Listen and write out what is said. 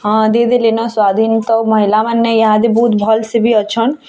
ହଁ ଦେଇ ଦେଲେନ ସ୍ୱାଧୀନ୍ ତ ମହିଲାମାନେ ଏହା ଦେ ବହୁତ ଭଲ୍ସେ ବି ଅଛନ୍